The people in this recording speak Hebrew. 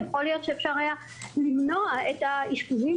ויכול להיות שאפשר היה למנוע את האשפוזים